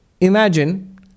imagine